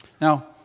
Now